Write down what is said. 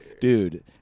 Dude